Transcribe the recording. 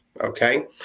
okay